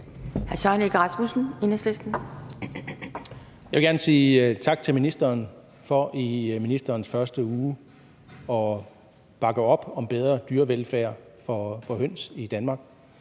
Jeg vil gerne sige tak til ministeren for sin første uge som minister at bakke op om bedre dyrevelfærd for høns i Danmark